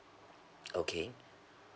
okay